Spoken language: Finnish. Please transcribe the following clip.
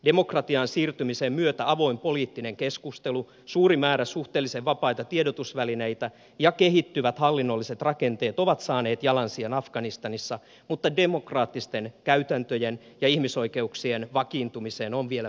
demokratiaan siirtymisen myötä avoin poliittinen keskustelu suuri määrä suhteellisen vapaita tiedotusvälineitä ja kehittyvät hallinnolliset rakenteet ovat saaneet jalansijan afganistanissa mutta demokraattisten käytäntöjen ja ihmisoikeuksien vakiintumiseen on vielä pitkä matka